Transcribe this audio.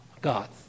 God